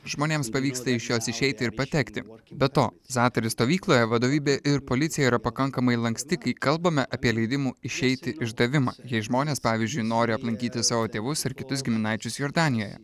žmonėms pavyksta iš jos išeiti ir patekti be to zatari stovykloje vadovybė ir policija yra pakankamai lanksti kai kalbame apie leidimų išeiti išdavimą jei žmonės pavyzdžiui nori aplankyti savo tėvus ir kitus giminaičius jordanijoje